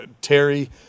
terry